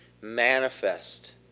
manifest